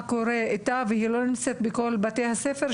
קורה איתה ואני יודעת שהיא לא קיימת בכל בתי הספר,